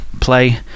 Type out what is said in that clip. play